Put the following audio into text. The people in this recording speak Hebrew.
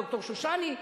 ד"ר שושני,